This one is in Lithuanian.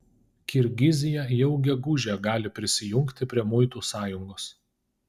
kirgizija jau gegužę gali prisijungti prie muitų sąjungos